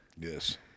Yes